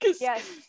Yes